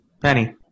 Penny